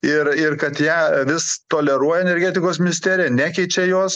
ir ir kad ją vis toleruoja energetikos ministerija nekenčia jos